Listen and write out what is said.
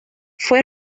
fue